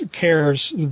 cares